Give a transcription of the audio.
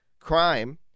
crime